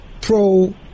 pro